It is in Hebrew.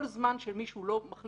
כל זמן שמישהו לא מחליט